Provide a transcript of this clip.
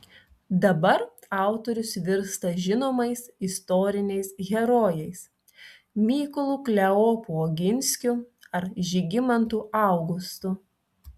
dabar autorius virsta žinomais istoriniais herojais mykolu kleopu oginskiu ar žygimantu augustu